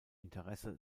interesse